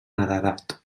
ararat